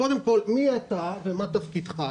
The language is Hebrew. קודם כל, מי אתה ומה תפקידך?